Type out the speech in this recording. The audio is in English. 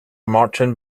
marching